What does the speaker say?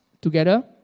together